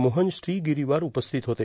मोहन श्रीगिरीवार उपस्थित होते